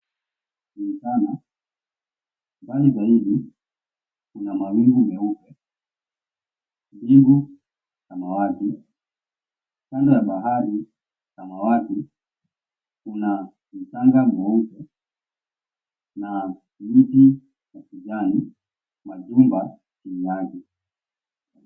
Mbali zaidi kuna mawingu meupe mbingu ya samawati kando ya bahari samawati kuna mchanga mweupe na miti ya kijani majumba.